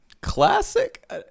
Classic